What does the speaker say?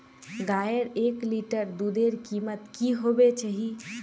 गायेर एक लीटर दूधेर कीमत की होबे चही?